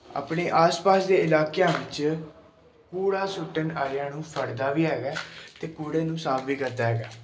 ਆਪਣੇ ਆਸ ਪਾਸ ਦੇ ਇਲਾਕਿਆਂ ਵਿੱਚ ਕੂੜਾ ਸੁੱਟਣ ਵਾਲਿਆਂ ਨੂੰ ਫੜਦਾ ਵੀ ਹੈਗਾ ਅਤੇ ਕੂੜੇ ਨੂੰ ਸਾਫ ਵੀ ਕਰਦਾ ਹੈਗਾ